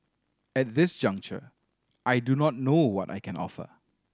at this juncture I do not know what I can offer